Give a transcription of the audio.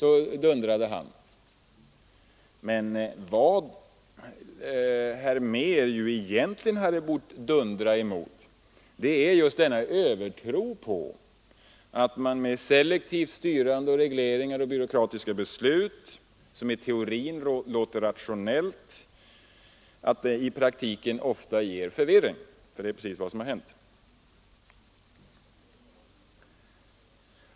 Men vad herr Mehr verkligen borde ha dundrat mot är just denna övertro på selektivt styrande och reglerande och byråkratiska beslut, som i teorin förefaller rationella men som i praktiken ofta skapar förvirring. Det är precis vad som har hänt.